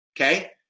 okay